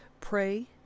pray